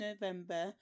November